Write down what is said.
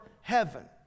heaven